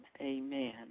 amen